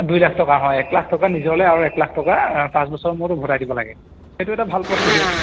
দুই লাখ টকা হয় এক লাখ টকা নিজলৈ আৰু এক লাখ টকা পাঁচ বছৰ মুৰত উভতাই দিব লাগে সেইটো এটা ভাল প্ৰচিডিঅ'